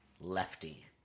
Lefty